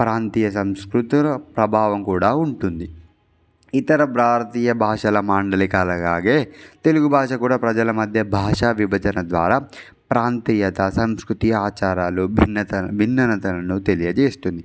ప్రాంతీయ సంస్కృతుల ప్రభావం కూడా ఉంటుంది ఇతర భారతీయ భాషల మాండలికలులాగే తెలుగు భాష కూడా ప్రజల మధ్య భాషా విభజన ద్వారా ప్రాంతీయత సంస్కృతి ఆచారాలు భిన్నత భిన్నతలను తెలియజేస్తుంది